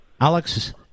Alex